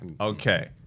Okay